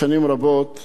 חוק חשוב